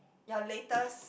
your latest